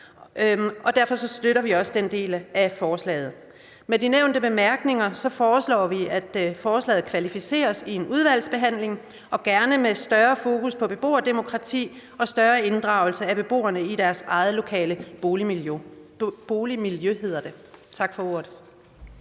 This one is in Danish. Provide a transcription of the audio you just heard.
Derfor støtter vi også den del af forslaget. Med de nævnte bemærkninger foreslår vi, at forslaget kvalificeres i udvalgsbehandlingen, og vi ser gerne, at det får større fokus på beboerdemokrati og større inddragelse af beboerne i deres lokale boligmiljø. Tak for ordet.